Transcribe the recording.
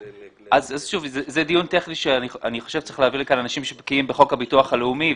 אני חושב שצריך להביא לכאן אנשים שבקיאים בחוק הביטוח הלאומי.